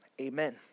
Amen